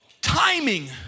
Timing